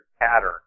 pattern